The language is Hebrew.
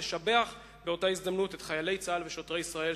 ולשבח באותה הזדמנות את חיילי צה"ל ושוטרי ישראל,